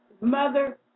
mother